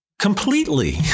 completely